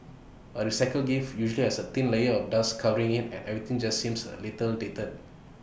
A recycled gift usually has A thin layer of dust covering IT and everything just seems A little dated